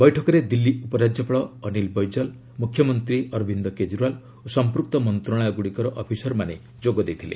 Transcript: ବୈଠକରେ ଦିଲ୍ଲୀ ଉପରାଜ୍ୟପାଳ ଅନିଲ୍ ବୈଜଲ୍ ମୁଖ୍ୟମନ୍ତ୍ରୀ ଅରବିନ୍ଦ କେଜରିଓ୍ୱାଲ୍ ଓ ସମ୍ପୃକ୍ତ ମନ୍ତ୍ରଣାଳୟଗୁଡ଼ିକର ଅଫିସରମାନେ ଯୋଗ ଦେଇଥିଲେ